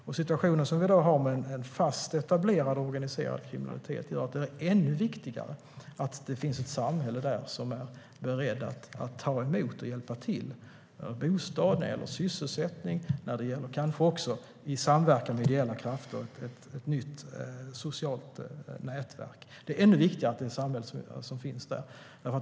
Den situation vi i dag har med en fast och etablerad organiserad kriminalitet gör att det är ännu viktigare att det finns ett samhälle som är berett att ta emot och hjälpa till när det gäller bostad och sysselsättning, kanske också i samverkan med ideella krafter och ett nytt socialt nätverk. Då är det ännu viktigare att samhället finns där.